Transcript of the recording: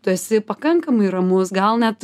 tu esi pakankamai ramus gal net